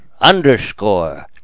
underscore